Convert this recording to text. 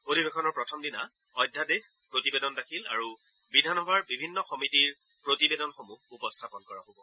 অধিৱেশনৰ প্ৰথম দিনা অধ্যাদেশ প্ৰতিবেদন দাখিল আৰু বিধানসভাৰ বিভিন্ন সমিতিৰ প্ৰতিবেদনসমূহ উপস্থাপন কৰা হব